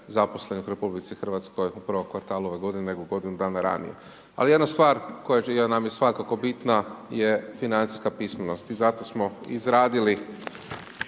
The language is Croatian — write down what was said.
zaposlenih u RH u prvom kvartalu ove godine, nego u godinu dana ranije. Ali jedna stvar koja nam je svakako bitna je financijska pismenost i zato smo izradili